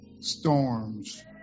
Storms